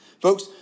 Folks